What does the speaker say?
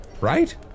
Right